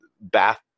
bath